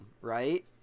right